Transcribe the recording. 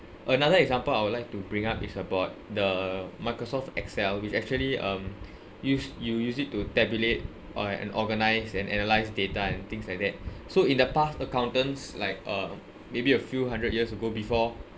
another example I would like to bring up is about the Microsoft excel which actually um use you use it to tabulate or and organise and analyse data and things like that so in the past accountants like uh maybe a few hundred years ago before